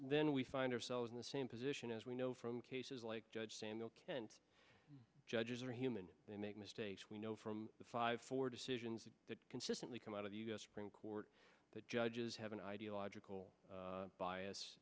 then we find ourselves in the same position as we know from cases like judge samuel kent judges are human they make mistakes we know from the five four decisions that consistently come out of the u s supreme court that judges have an ideological bias